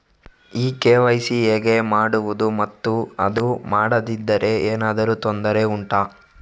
ಈ ಕೆ.ವೈ.ಸಿ ಹೇಗೆ ಮಾಡುವುದು ಮತ್ತು ಅದು ಮಾಡದಿದ್ದರೆ ಏನಾದರೂ ತೊಂದರೆ ಉಂಟಾ